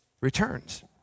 returns